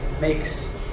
makes